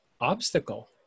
obstacle